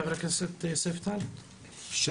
חבר הכנסת אלון טל, בבקשה.